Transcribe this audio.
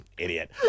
idiot